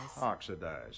Oxidize